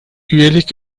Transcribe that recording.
üyelik